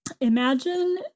imagine